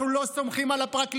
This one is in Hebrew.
אנחנו לא סומכים על הפרקליטות,